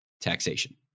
Taxation